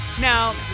Now